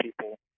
people